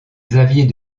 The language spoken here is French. xavier